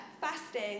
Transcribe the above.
fasting